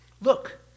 Look